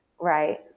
Right